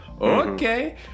Okay